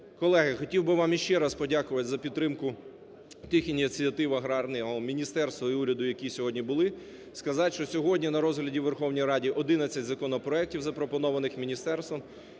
Колеги, хотів би вам і ще раз подякувати за підтримку тих ініціатив аграрного міністерства і уряду, які сьогодні були, сказать, що сьогодні на розгляді у Верховній Раді 11 законопроектів, запропонованих міністерством,